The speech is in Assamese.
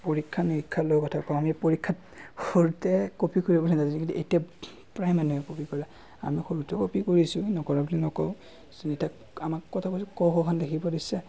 পৰীক্ষা নিৰীক্ষা লৈ কথা কওঁ আমি পৰীক্ষাত সৰুতে কপি কৰিবলৈ নাজানিছিলোঁ কিন্তু এতিয়া প্ৰায় মানুহে কপি কৰে আমি সৰুতেও কপি কৰিছোঁ নকৰা বুলি নকওঁ যেতিয়া আমাক ক খ খন লিখিব দিছে